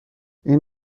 این